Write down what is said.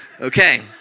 Okay